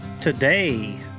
Today